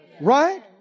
Right